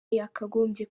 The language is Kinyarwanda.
yakagombye